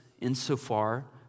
insofar